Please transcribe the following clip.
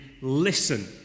listen